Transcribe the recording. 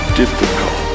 difficult